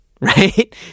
right